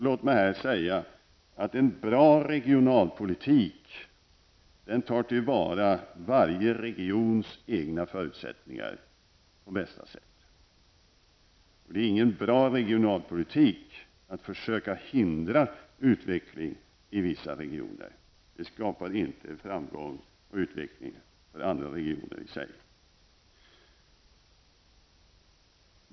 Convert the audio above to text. Låt mig här säga att en bra regionalpolitik tar till vara varje regions egna förutsättningar på bästa sätt. Det är ingen bra regionalpolitik att försöka hindra utveckling i vissa regioner. Det skapar inte i sig framgång och utveckling för andra regioner.